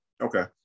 Okay